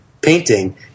painting